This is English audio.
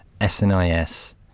SNIS